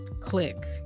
click